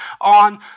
on